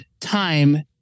time